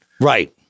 Right